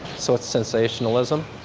so it's sensationalism.